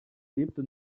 lebte